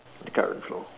the current flow